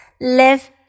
live